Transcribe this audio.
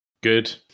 good